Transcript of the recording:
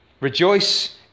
Rejoice